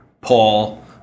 Paul